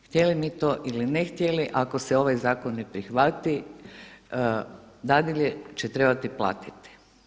PDV htjeli mi to ili ne htjeli, ako se ovaj zakon ne prihvati dadilje će trebati platiti.